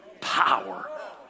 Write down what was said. power